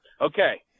Okay